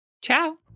Ciao